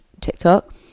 TikTok